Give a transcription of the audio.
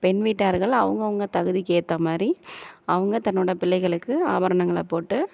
பெண் வீட்டார்கள் அவங்கவுங்க தகுதிக்கு ஏற்ற மாதிரி அவங்க தன்னோடய பிள்ளைகளுக்கு ஆபரணங்களை போட்டு